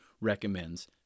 recommends